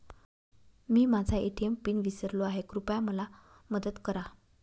मी माझा ATM PIN विसरलो आहे, कृपया मला मदत करा